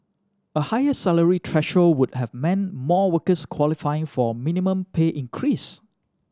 a higher salary would have meant more workers qualifying for a minimum pay increase